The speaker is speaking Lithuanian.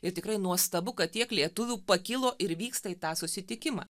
ir tikrai nuostabu kad tiek lietuvių pakilo ir vyksta į tą susitikimą